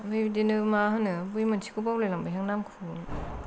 ओमफाय बिदिनो मा होनो बै मोनसेखौ बावलायलांबायहाय नामखौनो